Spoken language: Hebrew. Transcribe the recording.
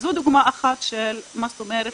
זו דוגמה אחת של מה זאת אומרת